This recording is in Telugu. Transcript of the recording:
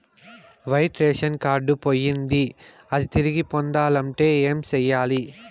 వైట్ రేషన్ కార్డు పోయింది అది తిరిగి కావాలంటే ఏం సేయాలి